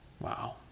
Wow